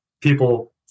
people